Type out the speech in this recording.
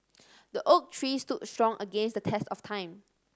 the oak tree stood strong against the test of time